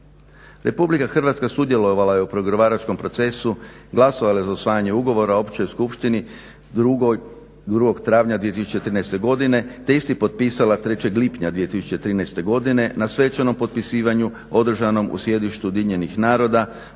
Republika Hrvatska sudjelovala je u pregovaračkom procesu, glasovala je za usvajanje ugovora o Općoj skupštini 2. travnja 2013. godine te je isti potpisala 3. lipnja 2013. godine na svečanom potpisivanju održanom u sjedištu UN-a